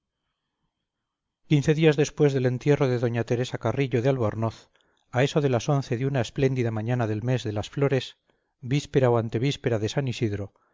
quince días después del entierro de doña teresa carrillo de albornoz a eso de las once de una espléndida mañana del mes de las flores víspera o antevíspera de san isidro